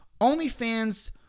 OnlyFans